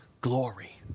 glory